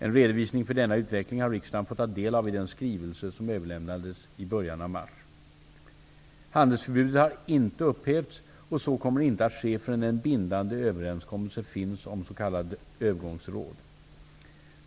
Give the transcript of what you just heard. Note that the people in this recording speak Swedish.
En redovisning för denna utveckling har riksdagen fått ta del av i den skrivelse som överlämnades i början av mars. Handelsförbudet har inte upphävts, och så kommer inte att ske förrän en bindande överenskommelse finns om det s.k. övergångsrådet.